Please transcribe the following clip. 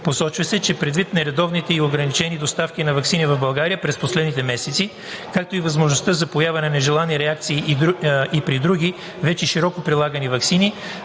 Посочва се, че предвид нередовните и ограничени доставки на ваксини в България през последните месеци, както и възможността за поява на нежелани реакции и при други, вече широко прилагани ваксини,